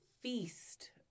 feast